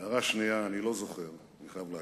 הערה שנייה: אני לא זוכר, אני חייב להגיד,